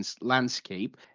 landscape